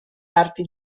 arti